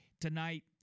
tonight